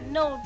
no